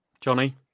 Johnny